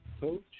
coach